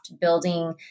building